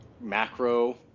macro